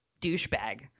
douchebag